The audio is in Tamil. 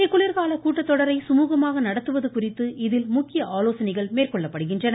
இக்குளிர்கால கூட்டத்தொடரை சுமூகமாக நடத்துவது குறித்து இதில் முக்கிய ஆலோசனைகள் மேற்கொள்ளப்படுகின்றன